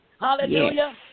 Hallelujah